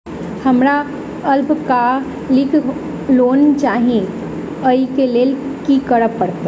हमरा अल्पकालिक लोन चाहि अई केँ लेल की करऽ पड़त?